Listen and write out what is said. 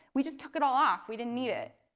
we just took it all off, we didn't need it.